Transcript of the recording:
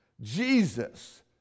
Jesus